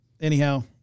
anyhow